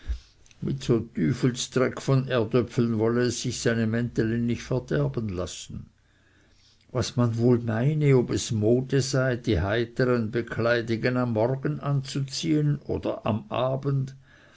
mit so tüfelsdreck von erdöpfeln wolle es sich seine mänteli nicht verderben lassen was man wohl meine ob es mode sei die heiteren bkleidigen am morgen anzuziehen oder am abend